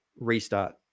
restart